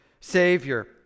savior